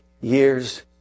years